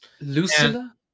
Lucilla